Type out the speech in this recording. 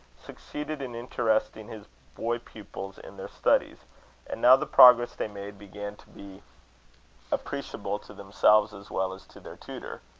succeeded in interesting his boy-pupils in their studies and now the progress they made began to be appreciable to themselves as well as to their tutor.